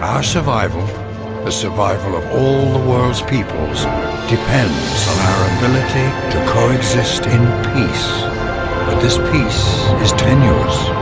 our survival the survival of all the world's peoples depends on our ability exist in peace but this piece is tenuous